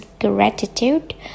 gratitude